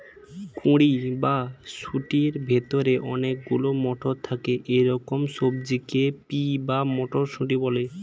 কুঁড়ি বা শুঁটির ভেতরে অনেক গুলো মটর থাকে এরকম সবজিকে পি বা মটরশুঁটি বলে